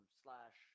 slash